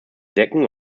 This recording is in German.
decken